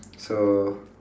so